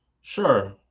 Sure